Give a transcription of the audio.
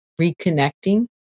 reconnecting